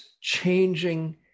changing